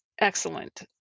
excellent